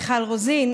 מיכל רוזין,